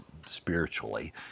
spiritually